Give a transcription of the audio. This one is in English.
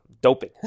doping